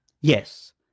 Yes